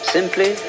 Simply